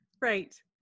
Right